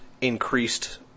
increased